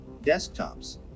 desktops